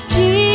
Jesus